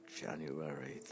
January